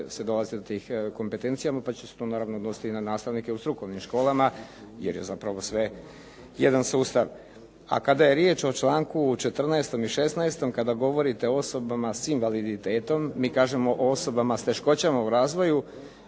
se dolaziti do tih kompetencija, pa će se to naravno odnositi i na nastavnike u strukovnim školama, jer je zapravo sve jedan sustav. A kada je riječ o članku 14. i 16. kada govorite o osobama s invaliditetom, mi kažemo o osobama s teškoćama u razvoju,